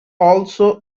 also